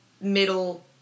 middle